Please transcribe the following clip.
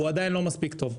הוא עדיין לא מספיק טוב.